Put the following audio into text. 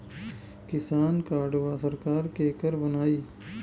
किसान कार्डवा सरकार केकर बनाई?